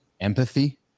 empathy